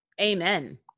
amen